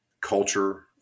culture